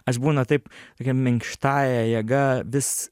aš būna taip tokia minkštąja jėga vis